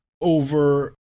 over